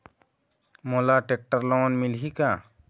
मोला tractor loan मिलही का?